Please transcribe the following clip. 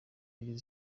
yageze